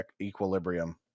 Equilibrium